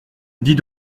dis